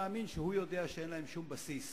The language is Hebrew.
מאמין שהוא יודע שאין להם שום בסיס.